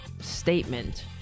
statement